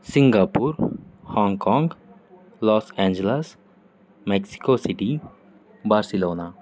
Singapore Hong Kong Los Angeles Mexico city Barcelona